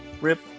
Rip